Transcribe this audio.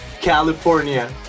California